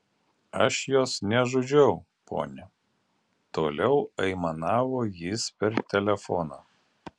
aš jos nežudžiau ponia toliau aimanavo jis per telefoną